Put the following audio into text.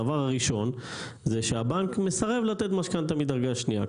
הדבר הראשון זה שהבנק מסרב לתת משכנתה מדרגה שנייה.